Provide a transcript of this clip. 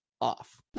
off